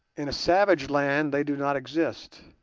in a savage land they do not exist.